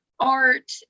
art